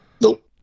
nope